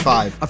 Five